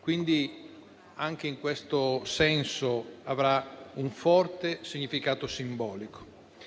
quindi anche in questo senso avrà un forte significato simbolico.